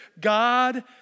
God